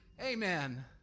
Amen